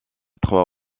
trois